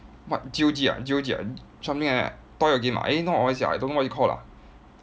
what G_O_G ah G_O_G ah something like that toy or game ah I don't know what is it I don't know what it called lah